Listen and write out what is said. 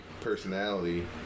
personality